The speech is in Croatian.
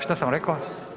Šta sam rekao?